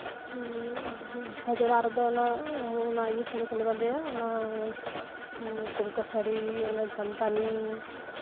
ᱵᱷᱚᱡᱽ ᱚᱲᱟᱜ ᱨᱮᱫᱚ ᱚᱱᱟ ᱤᱭᱟᱹ ᱥᱟᱹᱲᱤ ᱠᱚᱞᱮ ᱵᱟᱸᱫᱮᱭᱟ ᱚᱱᱟ ᱰᱩᱢᱠᱟᱹ ᱥᱟᱹᱲᱤ ᱚᱱᱟ ᱡᱟᱢᱫᱟᱱᱤ